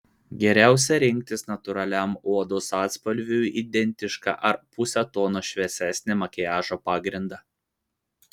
geriausia rinktis natūraliam odos atspalviui identišką ar puse tono šviesesnį makiažo pagrindą